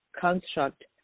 construct